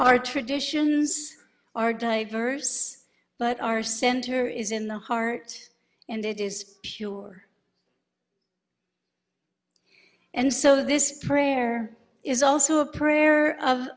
our traditions are diverse but our center is in the heart and it is pure and so this prayer is also a prayer of